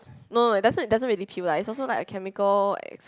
no it doesn't it doesn't really kill lah its also like a chemical ex~